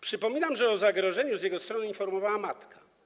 Przypominam, że o zagrożeniu z jego strony informowała matka.